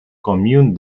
commune